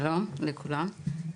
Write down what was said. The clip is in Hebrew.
שלום לכולם,